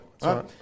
Right